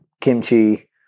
kimchi